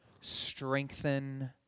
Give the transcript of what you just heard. strengthen